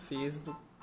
Facebook